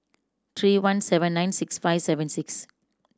three one seven nine six five seven six